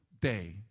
day